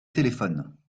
téléphone